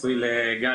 נשוי לגל